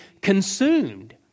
consumed